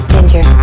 Ginger